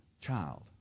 Child